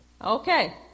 Okay